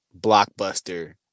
blockbuster